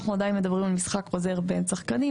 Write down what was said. אנחנו עדיין מדברים על משחק חוזר בין שחקנים,